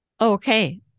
Okay